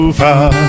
far